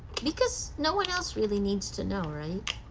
because no one else really needs to know, right?